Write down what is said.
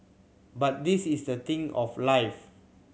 but this is the thing of life